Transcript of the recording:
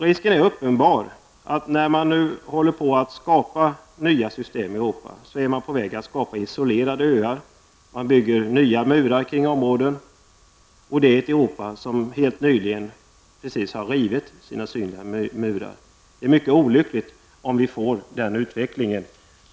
Risken är uppenbar, när man nu håller på att skapa nya system i Europa, att man är på väg att skapa isolerade öar. Man bygger nya murar kring områden, och det i ett Europa som helt nyligen har rivit sina synliga murar. Det är mycket olyckligt om vi får den utvecklingen.